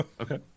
Okay